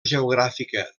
geogràfica